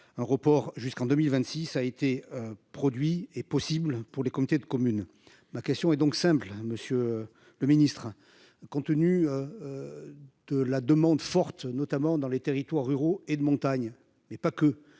Un report jusqu'en 2026 a été produit est possible pour les comités de communes. Ma question est donc simple, Monsieur le Ministre, compte tenu. De la demande forte notamment dans les territoires ruraux et de montagne mais pas que